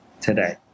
today